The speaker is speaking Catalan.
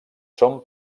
són